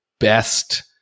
best